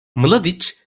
mladiç